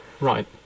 Right